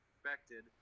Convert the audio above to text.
expected